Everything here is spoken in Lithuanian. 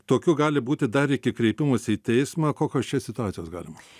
tokių gali būti dar iki kreipimosi į teismą kokios čia situacijos galimos